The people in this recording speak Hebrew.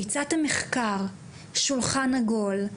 האם ביצעתם מחקר, שולחן עגול,